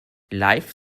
live